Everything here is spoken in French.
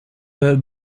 pubs